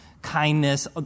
Kindness